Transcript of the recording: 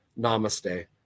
Namaste